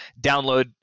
download